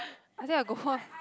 I think I'll go home